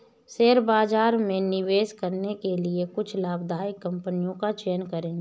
share बाजार में निवेश करने के लिए कुछ लाभदायक कंपनियों का चयन करें